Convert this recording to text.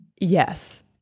yes